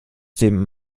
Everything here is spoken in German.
dem